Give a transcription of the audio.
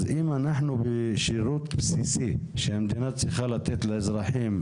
אז אם כשלנו בשירות בסיסי שהמדינה צריכה לתת לאזרחים,